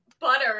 butter